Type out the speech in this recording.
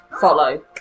follow